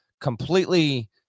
Completely